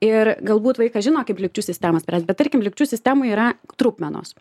ir galbūt vaikas žino kaip lygčių sistemą spręst bet tarkim lygčių sistemoj yra trupmenos